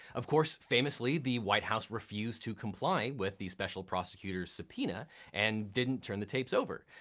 of course, famously, the white house refused to comply with the special prosecutor's subpoena and didn't turn the tapes over.